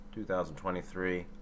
2023